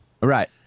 Right